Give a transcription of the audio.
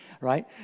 Right